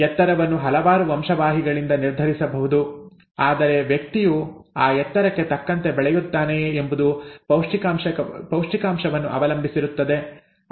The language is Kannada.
ಎತ್ತರವನ್ನು ಹಲವಾರು ವಂಶವಾಹಿಗಳಿಂದ ನಿರ್ಧರಿಸಬಹುದು ಆದರೆ ವ್ಯಕ್ತಿಯು ಆ ಎತ್ತರಕ್ಕೆ ತಕ್ಕಂತೆ ಬೆಳೆಯುತ್ತಾನೆಯೇ ಎಂಬುದು ಪೌಷ್ಠಿಕಾಂಶವನ್ನು ಅವಲಂಬಿಸಿರುತ್ತದೆ